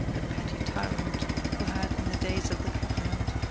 a petty tyrant who had, in the days of the covenant,